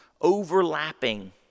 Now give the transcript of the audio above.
overlapping